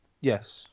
Yes